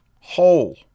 whole